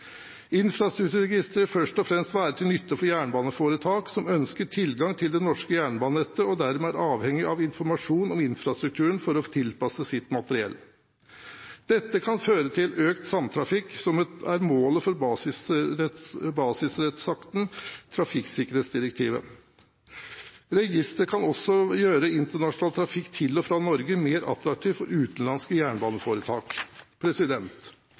Infrastrukturregisteret vil først og fremst være til nytte for jernbaneforetak som ønsker tilgang til det norske jernbanenettet og dermed er avhengige av informasjon om infrastrukturen for å tilpasse sitt materiell. Dette kan føre til økt samtrafikk, som er målet for basisrettsakten samtrafikkdirektivet. Registeret kan også gjøre internasjonal trafikk til og fra Norge mer attraktivt for utenlandske jernbaneforetak.